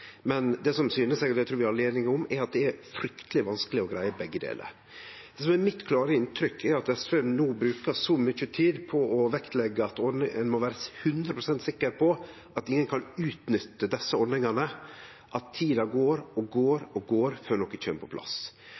Men det som syner seg, og det trur eg vi alle er einige om, er at det er frykteleg vanskeleg å greie begge delar. Det som er mitt klare inntrykk, er at SV no brukar så mykje tid på å vektleggje at ein må vere 100 pst. sikker på at ingen kan utnytte desse ordningane, at tida går og går før noko kjem på plass.